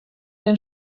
den